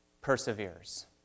perseveres